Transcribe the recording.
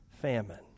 famine